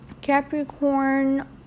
capricorn